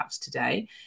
today